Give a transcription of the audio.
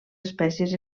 espècies